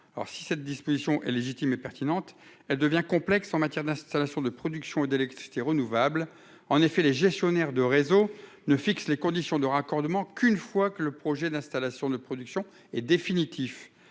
Si cette disposition est légitime et pertinente, elle devient complexe en matière d'installations de production d'électricité renouvelable. En effet, les gestionnaires de réseau ne fixent les conditions de raccordement qu'une fois le projet d'installation de production devenu définitif.